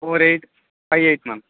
four eight five eight ma'am